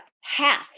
half